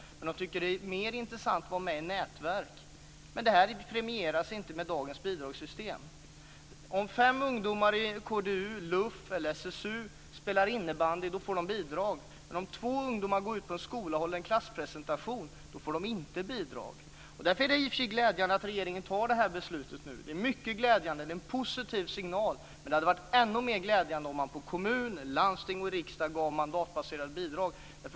De tycker att det är mer intressant att vara med i nätverk. Men det premieras inte med dagens bidragssystem. Om fem ungdomar i KDU, LUF eller SSU spelar innebandy får de bidrag. Men om två ungdomar går ut på en skola och håller en klasspresentation får de inte bidrag. Därför är det i och för sig glädjande att regeringen fattar det här beslutet nu. Det är mycket glädjande. Det är en positiv signal. Men det hade varit ännu mer glädjande om man utifrån kommun, landsting och riksdag gav mandatbaserade bidrag.